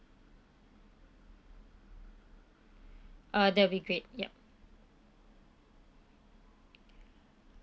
uh that will be great yup